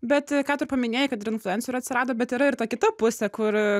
bet ką tu paminėjai kad ir influencerių atsirado bet yra ir ta kita pusė kur